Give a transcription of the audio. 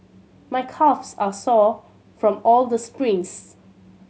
my calves are sore from all the sprints